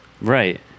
Right